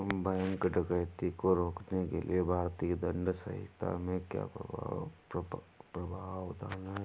bank डकैती को रोकने के लिए भारतीय दंड संहिता में क्या प्रावधान है